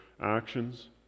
Actions